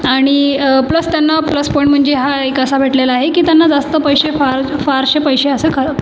आणि प्लस त्यांना plus point म्हणजे हा एक असा भेटलेला आहे की त्यांना जास्त पैसे फार फारसे पैसे असं का